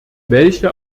welche